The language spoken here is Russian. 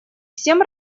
всем